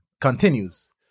continues